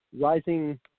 rising